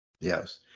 yes